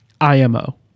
IMO